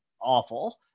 awful